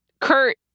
Kurt